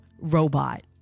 robot